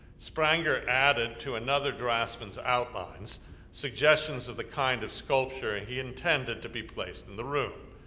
spranger added to another draftsman's outlines suggestions of the kind of sculpture he intended to be placed in the room,